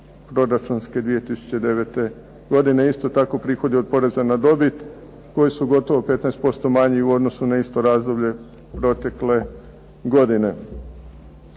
proračunske 2009. godine. Isto tako prihodi od poreza na dobit koji su gotovo 15% manji u odnosu na isto razdoblje protekle godine.